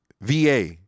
VA